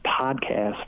podcast